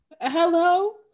Hello